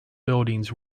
buildings